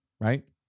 Right